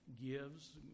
gives